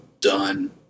done